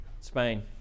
Spain